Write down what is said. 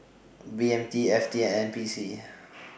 B M T F T and N P C